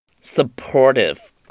Supportive